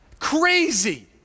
crazy